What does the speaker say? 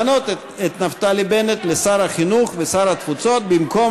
למנות את נפתלי בנט לשר החינוך ושר התפוצות במקום